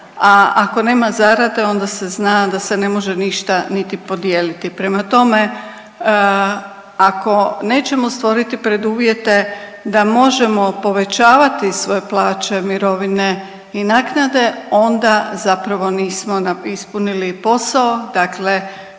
A ako nema zarade onda se zna da se ne može ništa niti podijeliti. Prema tome, ako nećemo stvoriti preduvjete da možemo povećavati svoje plaće, mirovine i naknade onda zapravo nismo ispunili posao. Dakle,